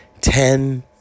Ten